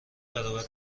برابر